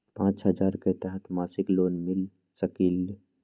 पाँच हजार के तहत मासिक लोन मिल सकील?